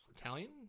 Italian